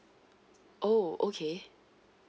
oh okay